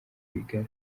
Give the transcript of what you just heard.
rwigara